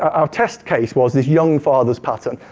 our test case was this young father's pattern.